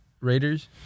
Raiders